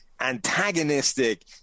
antagonistic